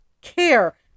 care